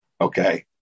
Okay